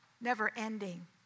never-ending